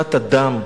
שפיכת הדם,